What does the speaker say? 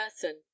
person